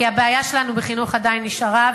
כי הבעיה שלנו בחינוך עדיין נשארה,